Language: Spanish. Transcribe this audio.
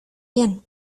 bien